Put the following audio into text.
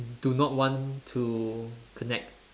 do not want to connect